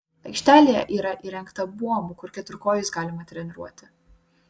aikštelėje yra įrengta buomų kur keturkojus galima treniruoti